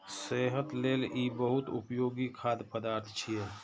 सेहत लेल ई बहुत उपयोगी खाद्य पदार्थ छियै